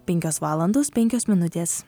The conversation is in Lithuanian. penkios valandos penkios minutės